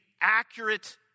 accurate